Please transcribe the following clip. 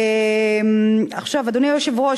אדוני היושב-ראש,